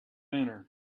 banner